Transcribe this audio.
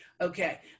Okay